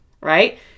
right